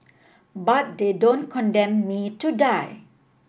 but they don't condemn me to die